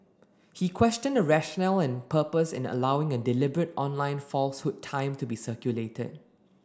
he questioned the rationale and purpose in allowing a deliberate online falsehood time to be circulated